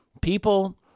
People